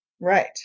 Right